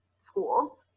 school